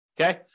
Okay